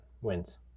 wins